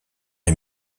est